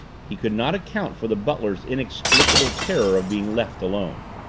he could not account for the butler's inexplicable terror of being left alone.